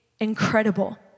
incredible